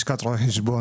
לשכת רואי החשבון.